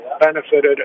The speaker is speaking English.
benefited